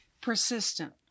Persistent